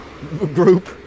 group